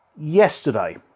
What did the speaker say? yesterday